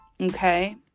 Okay